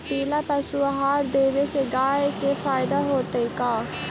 कपिला पशु आहार देवे से गाय के फायदा होतै का?